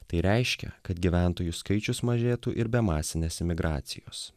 tai reiškia kad gyventojų skaičius mažėtų ir be masinės imigracijos